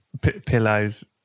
pillows